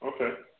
Okay